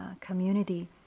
community